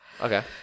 okay